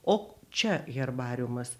o čia herbariumas